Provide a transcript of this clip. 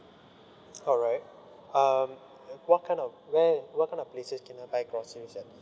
alright um what kind of where what kind of places can I buy groceries at